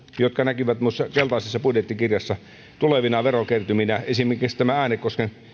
jotka näkyvät myös keltaisessa budjettikirjassa tulevina verokertyminä esimerkiksi tämä äänekosken